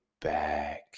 back